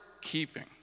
keeping